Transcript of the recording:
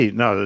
no